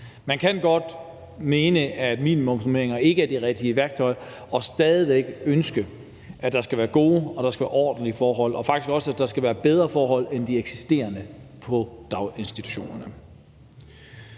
Man kan godt mene, at minimumsnormeringer ikke er det rigtige værktøj, og stadig væk ønske, at der skal være gode og ordentlige forhold og faktisk også, at der skal være bedre forhold end de eksisterende på daginstitutionerne.